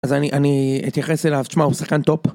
אז אני, אני אתייחס אליו, תשמע הוא שחקן טופ